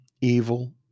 evil